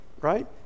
Right